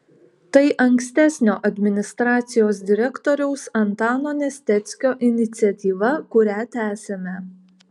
tai ankstesnio administracijos direktoriaus antano nesteckio iniciatyva kurią tęsiame